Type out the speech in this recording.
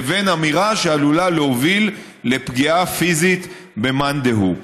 לבין אמירה שעלולה להוביל לפגיעה פיזית במאן דהוא.